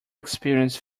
experienced